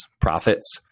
profits